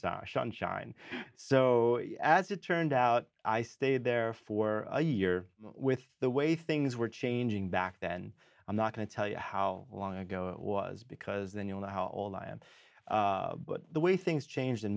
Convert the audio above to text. shine shine so as it turned out i stayed there for a year with the way things were changing back then i'm not going to tell you how long ago it was because then you know how old i am but the way things